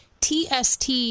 TST